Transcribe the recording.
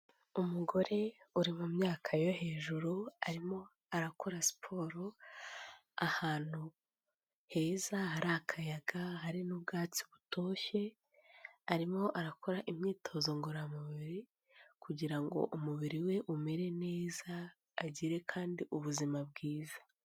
Umugore uri mu myaka yo hejuru arimo arakora siporo ahantu heza hari akayaga hari n'ubwatsi butoshye arimo arakora imyitozo ngororamubiri kugira ngo umubiri we umere neza agire kandi ubuzima bwiza.